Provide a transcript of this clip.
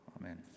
Amen